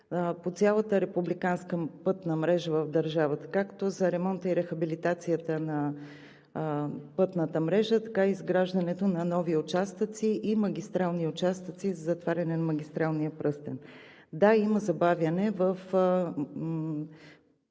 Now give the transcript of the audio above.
По цялата републиканска пътна мрежа в държавата както за ремонта и рехабилитацията на пътната мрежа, така и изграждането на нови участъци и магистрални участъци за затваряне на магистралния пръстен. Да, има забавяне в